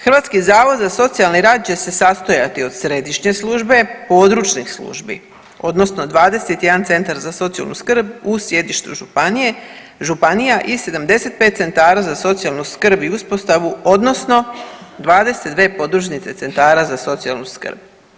Hrvatski zavod za socijalni rad će se sastojati od središnje službe, područnih službi odnosno 21 centar za socijalnu skrb u sjedištu županije, županija i 75 centara za socijalnu skrb i uspostavu odnosno 22 podružnice centara za socijalnu skrb.